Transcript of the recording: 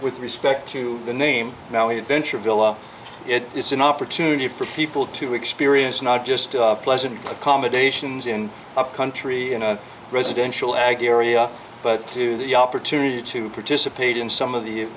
with respect to the name now he adventure below it is an opportunity for people to experience not just pleasant accommodations in a country in a residential ag area but to the opportunity to participate in some of the